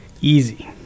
Easy